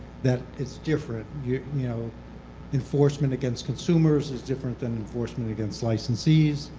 that it's different. you know enforcement against consumers is different than enforcement against licensees.